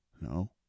No